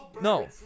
No